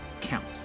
count